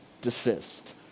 desist